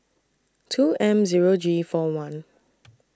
two M Zero G four one